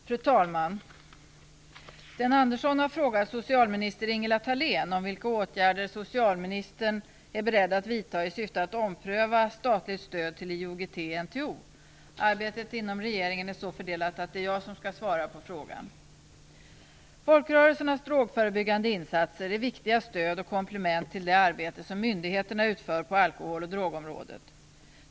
Fru talman! Sten Andersson har frågat socialminister Ingela Thalén om vilka åtgärder socialministern är beredd att vidta i syfte att ompröva statligt stöd till IOGT-NTO. Arbetet inom regeringen är så fördelat att det är jag som skall svara på frågan. Folkrörelsernas drogförebyggande insatser är viktiga som stöd och komplement till det arbete som myndigheterna utför på alkohol och drogområdet.